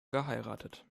geheiratet